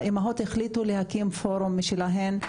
האימהות החליטו להקים פורום משלהן,